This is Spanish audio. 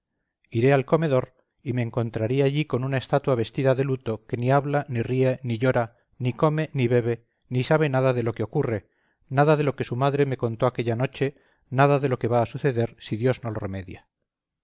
iré al comedor y me encontraré allí con una estatua vestida de luto que ni habla ni ríe ni llora ni come ni bebe ni sabe nada de lo que ocurre nada de lo que su madre me contó aquella noche nada de lo que va a suceder si dios no lo remedia